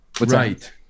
Right